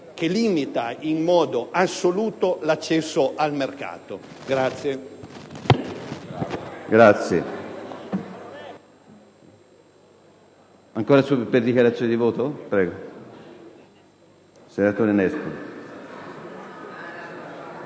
che limita in modo assoluto l'accesso al mercato.